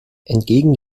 entgegen